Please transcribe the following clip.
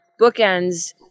bookends